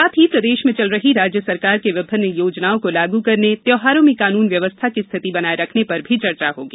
साथ ही प्रदेश में चल रही राज्य सरकार की विभिन्न योजनाओं को लागू करने त्यौहारों में कानून व्यवस्था की स्थिति बनाये रखने पर भी चर्चा होगी